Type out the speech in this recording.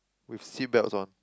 with seat belts on